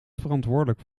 verantwoordelijk